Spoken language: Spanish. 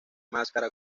máscara